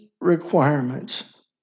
requirements